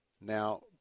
now